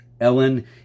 Ellen